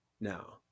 now